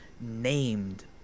named